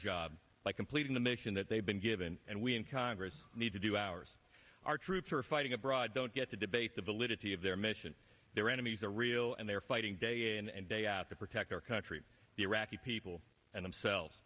job by completing the mission that they've been given and we in congress need to do ours our troops are fighting abroad don't get to debate the validity of their mission their enemies are real and they're fighting day in and day out to protect our country the iraqi people and themselves